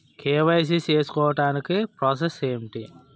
KYC చేసుకోవటానికి process ఏంటి?